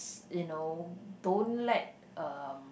you know don't let um